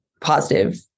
positive